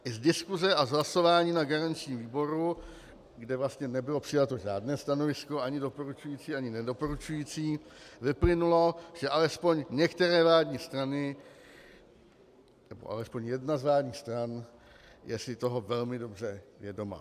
Z diskuse a z hlasování na garančním výboru, kde vlastně nebylo přijato žádné stanovisko, ani doporučující ani nedoporučující, vyplynulo, že alespoň některé vládní strany, nebo alespoň jedna z vládních stran je si toho velmi dobře vědoma.